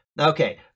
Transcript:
okay